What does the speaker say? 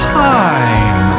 time